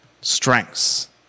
Strengths